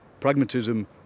pragmatism